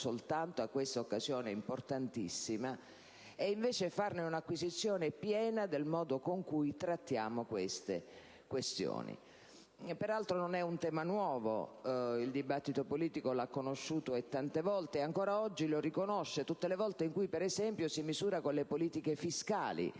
soltanto a questa occasione importantissima, facendone invece un'acquisizione piena del modo con cui trattiamo tali questioni. Peraltro non è un tema nuovo. Il dibattito politico l'ha conosciuto tante volte e ancora oggi lo riconosce tutte le volte in cui, per esempio, si misura con le politiche fiscali,